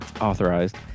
authorized